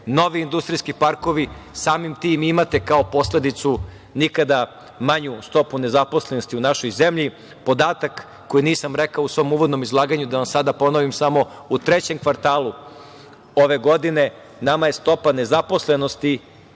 novi industrijski parkovi, samim tim imate kao posledicu nikada manju stopu nezaposlenosti u našoj zemlji. Podatak koji nisam rekao u svom uvodnom izlaganju da vam sada ponovim samo - u trećem kvartalu ove godine nama je stopa nezaposlenosti